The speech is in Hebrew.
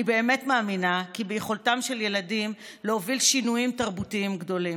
אני באמת מאמינה כי ביכולתם של ילדים להוביל שינויים תרבותיים גדולים.